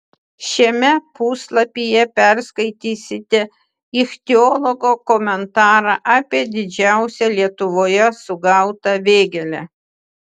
šiame puslapyje perskaitysite ichtiologo komentarą apie didžiausią lietuvoje sugautą vėgėlę